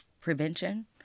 prevention